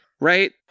Right